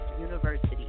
University